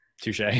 Touche